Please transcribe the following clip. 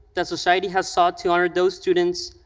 the society has sought to honor those students,